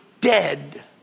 dead